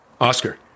oscar